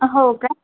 हो का